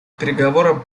переговорам